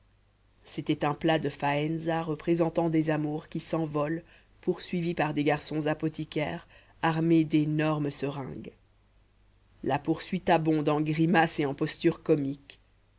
c'était un plat de faënza représentant des amours qui s'envolent poursuivis par des garçons apothicaires armés d'énormes seringues la poursuite abonde en grimaces et en postures comiques